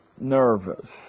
nervous